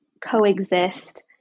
coexist